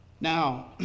Now